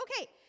Okay